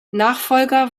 nachfolger